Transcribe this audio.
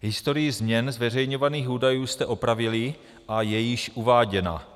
Historii změn zveřejňovaných údajů jste opravili a je již uváděna.